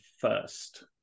first